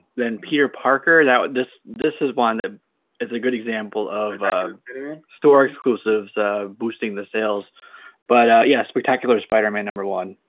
then peter parker that this this is one that is a good example of store exclusives boosting the sales but yeah spectacular spider-man number one